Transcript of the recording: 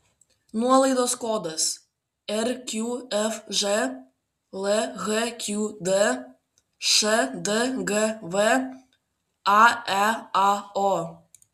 nuolaidos kodas rqfž lhqd šdgv aeao